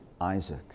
Isaac